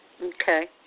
Okay